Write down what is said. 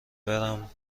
برم